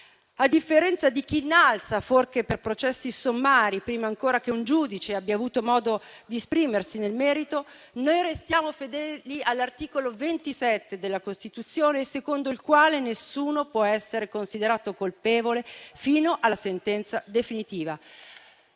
A differenza di chi innalza forche per processi sommari, prima ancora che un giudice abbia avuto modo di esprimersi nel merito, restiamo fedeli all'articolo 27 della Costituzione, secondo il quale nessuno può essere considerato colpevole fino alla sentenza definitiva